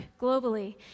globally